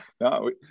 No